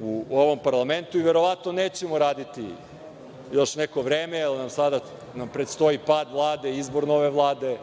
u ovom parlamentu i verovatno nećemo raditi još neko vreme, jer nam sada predstoji pad Vlade i izbor nove Vlade.